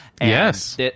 Yes